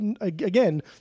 again